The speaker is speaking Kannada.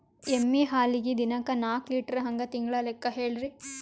ಎಮ್ಮಿ ಹಾಲಿಗಿ ದಿನಕ್ಕ ನಾಕ ಲೀಟರ್ ಹಂಗ ತಿಂಗಳ ಲೆಕ್ಕ ಹೇಳ್ರಿ?